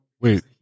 Wait